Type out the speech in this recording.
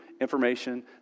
information